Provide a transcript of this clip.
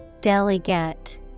Delegate